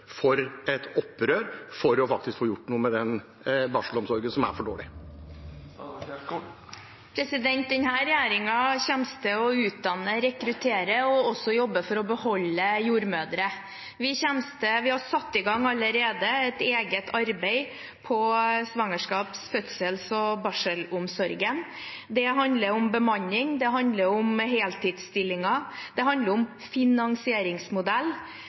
et opprøret for faktisk å få gjort noe med barselomsorgen som er for dårlig. Denne regjeringen kommer til å utdanne, rekruttere og også jobbe for å beholde jordmødre. Vi har allerede satt i gang et eget arbeid på svangerskaps-, fødsels- og barselomsorgen. Det handler om bemanning, det handler om heltidsstillinger, og det handler om finansieringsmodell.